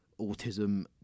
autism